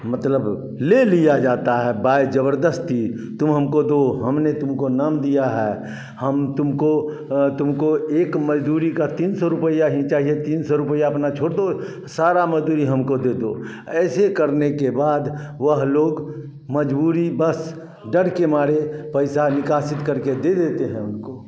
मतलब ले लिया जाता है बाय ज़बरदस्ती तुम हमको दो हमने तुमको नाम दिया है हम तुमको तुमको एक मज़दूरी का तीन सौ रुपया ही चाहिए तीन सौ रुपया अपना छोड़ दो सारी मज़दूरी हमको दे दो ऐसे करने के बाद वह लोग मजबूरी बस डर के मारे पैसा निकासित करके दे देते हैं उनको